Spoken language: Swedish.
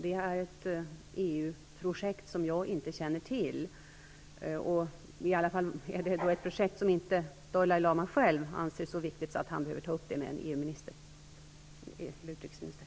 Det är ett EU-projekt som jag inte känner till, och som Dalai Lama själv inte anser är så viktigt att han måste ta upp det med en utrikesminister.